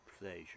pleasure